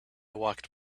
walked